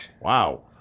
Wow